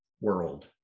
world